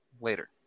later